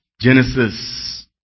Genesis